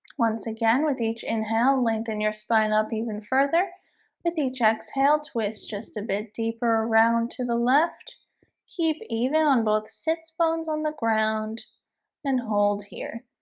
once again with each inhale lengthen your spine up even further with each exhale twist just a bit deeper around to the left keep even on both sits bones on the ground and hold here